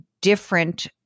different